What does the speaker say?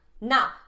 now